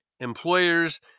Employers